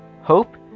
hope